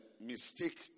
mistake